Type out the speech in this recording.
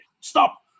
Stop